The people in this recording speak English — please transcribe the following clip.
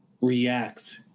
react